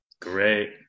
great